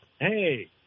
hey